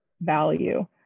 value